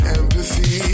empathy